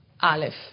Aleph